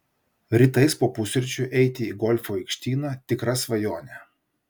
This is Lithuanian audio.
rytais po pusryčių eiti į golfo aikštyną tikra svajonė